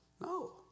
No